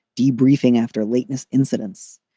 debriefing after lateness incidents.